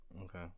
Okay